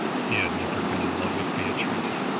he had never been in love with beatrice.